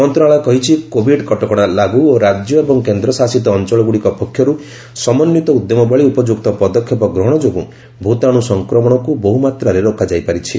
ମନ୍ତ୍ରଣାଳୟ କହିଛି କୋଭିଡ୍ କଟକଣା ଲାଗୁ ଓ ରାଜ୍ୟ ଏବଂ କେନ୍ଦ୍ରଶାସିତ ଅଞ୍ଚଳଗୁଡ଼ିକ ପକ୍ଷରୁ ସମନ୍ଧିତ ଉଦ୍ୟମ ଭଳି ଉପଯୁକ୍ତ ପଦକ୍ଷେପ ଗ୍ରହଣ ଯୋଗୁଁ ଭୂତାଣୁ ସଂକ୍ରମଣକୁ ବହ୍ରମାତ୍ରାରେ ରୋକାଯାଇ ପାରିଛି